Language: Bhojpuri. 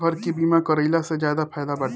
घर के बीमा कराइला से ज्यादे फायदा बाटे